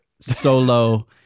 solo